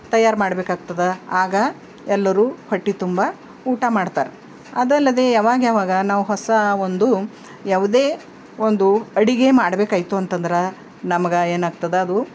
ತಯಾರು ಮಾಡಬೇಕಾಗ್ತದ ಆಗ ಎಲ್ಲರೂ ಹೊಟ್ಟೆ ತುಂಬ ಊಟ ಮಾಡ್ತಾರ ಅದಲ್ಲದೇ ಯಾವಾಗ ಯಾವಾಗ ನಾವು ಹೊಸ ಒಂದು ಯಾವುದೇ ಒಂದು ಅಡಿಗೆ ಮಾಡಬೇಕಾಯ್ತು ಅಂತಂದ್ರೆ ನಮ್ಗೆ ಏನಾಗ್ತದ ಅದು